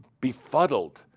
befuddled